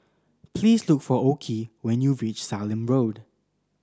please look for Okey when you reach Sallim Road